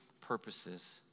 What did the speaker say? purposes